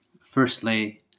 firstly